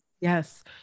yes